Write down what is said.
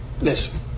Listen